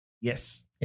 Yes